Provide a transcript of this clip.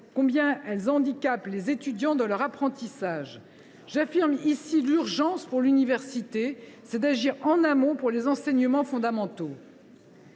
combien elles handicapent les étudiants dans leur apprentissage. Je l’affirme ici, l’urgence pour l’université est d’agir en amont sur les enseignements fondamentaux.